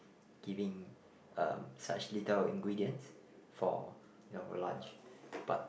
giving um such little ingredients for our lunch but